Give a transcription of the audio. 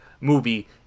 movie